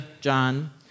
John